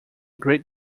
great